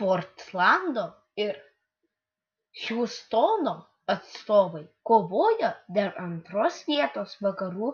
portlando ir hjustono atstovai kovoja dėl antros vietos vakarų